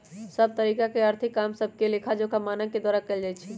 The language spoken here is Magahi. सभ तरिका के आर्थिक काम सभके लेखाजोखा मानक के द्वारा कएल जाइ छइ